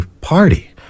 party